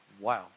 Wow